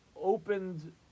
opened